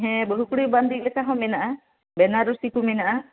ᱦᱮᱸ ᱵᱟᱹᱦᱩ ᱠᱩᱲᱤ ᱵᱟᱸᱫᱮᱜ ᱞᱮᱠᱟ ᱦᱚᱸ ᱢᱮᱱᱟᱜᱼᱟ ᱵᱮᱱᱟᱨᱚᱥᱤ ᱠᱚ ᱢᱮᱱᱟᱜᱼᱟ